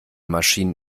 maschinen